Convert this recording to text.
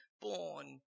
born